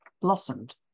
blossomed